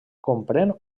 comprèn